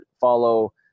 follow